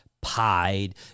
pied